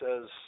says